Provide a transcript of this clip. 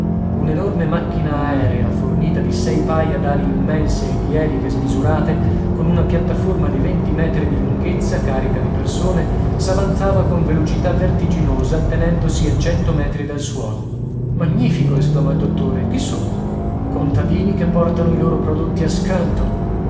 un'enorme macchina aerea fornita di sei paia d'ali immense e di eliche smisurate con una piattaforma di venti metri di lunghezza carica di persone s'avanzava con velocità vertiginosa tenendosi a cento metri dal suolo magnifico esclamò il dottore chi sono contadini che portano i loro prodotti a